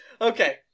okay